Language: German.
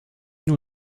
nur